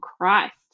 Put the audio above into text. christ